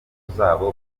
zabo